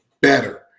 better